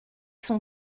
son